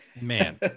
man